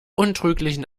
untrüglichen